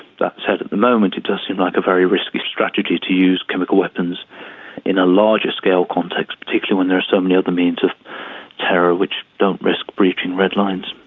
that said, at the moment it does seem like a very risky strategy to use chemical weapons in a larger-scale context, particularly when there are so many other means of terror which don't risk breaching red lines.